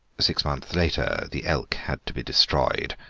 six months later the elk had to be destroyed.